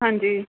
ਹਾਂਜੀ